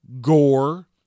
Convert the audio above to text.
gore